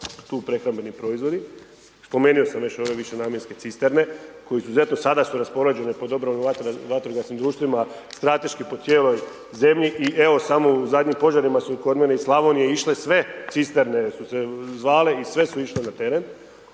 tu prehrambeni proizvodi, spomenuo sam još ove višenamjenske cisterne, koje izuzetno sada su raspoređene po dobrovoljno vatrogasnim društvima, strateški po cijeloj zemlji. I evo samo u zadnjim požarima su kod mene iz Slavonije išle sve cisterne jer su se zvale i sve su išle na teren.